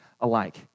alike